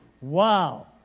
Wow